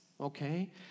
okay